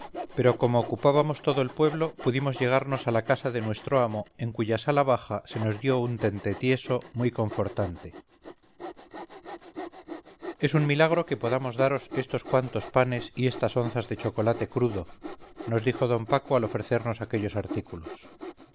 pero como ocupábamos todo el pueblo pudimos llegarnos a la casa de nuestro amo en cuya sala baja se nos dio un tente tieso muy confortante es un milagro que podamos daros estos cuantos panes y estas onzas de chocolate crudo nos dijo don paco al ofrecernos aquellos artículos